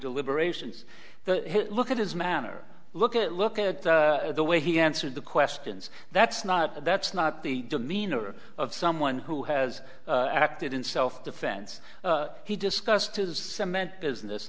deliberations look at his manner look at look at the way he answered the questions that's not that's not the demeanor of someone who has acted in self defense he discussed his cement business